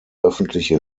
öffentliche